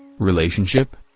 relationship?